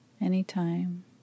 anytime